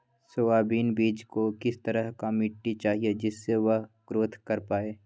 Soybean बीज को किस तरह का मिट्टी चाहिए जिससे वह ग्रोथ कर पाए?